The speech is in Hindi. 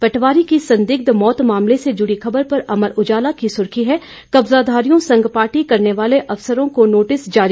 पटवारी की संदिग्ध मौत मामले से जुड़ी खबर पर अमर उजाला की सुर्खी है कब्जाधारियों संग पार्टी करने वाले अफसरों को नोटिस जारी